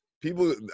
people